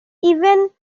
even